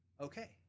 okay